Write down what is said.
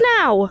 now